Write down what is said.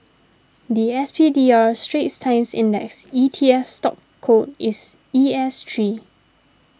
the S P D R Straits Times Index E T F stock code is E S three